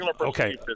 okay